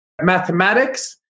mathematics